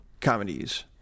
comedies